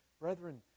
Brethren